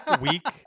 week